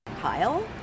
Kyle